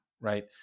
right